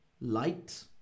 light